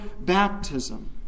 baptism